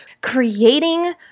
Creating